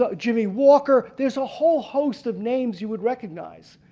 ah jimmy walker, there is a whole host of names you would recognize.